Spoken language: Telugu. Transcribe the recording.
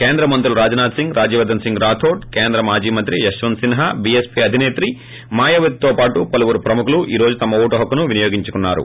కేంద్రమంత్రులు రాజ్నాథ్ సింగ్ రాజ్యవర్షన్ సింగ్ రాథోడ్ కేంద్ర మాజీ మంత్రి యశ్వత్ సిన్హ బీఎస్సీ అధినేత్రి మాయావతితో పాటు పలువురు ప్రముఖులు ఈ రోజు తమ ఓటు హక్కును వినియోగించుకున్నారు